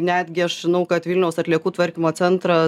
netgi aš žinau kad vilniaus atliekų tvarkymo centras